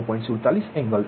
47 angle 175